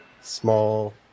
small